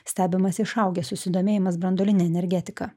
stebimas išaugęs susidomėjimas branduoline energetika